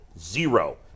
zero